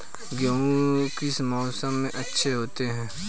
गेहूँ किस मौसम में अच्छे होते हैं?